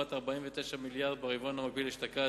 לעומת 49 מיליארד ברבעון המקביל אשתקד.